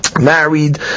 Married